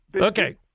Okay